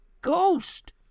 ghost